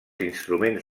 instruments